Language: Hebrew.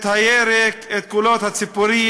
את הירק, את קולות הציפורים,